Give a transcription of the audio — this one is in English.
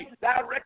Direct